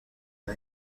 dra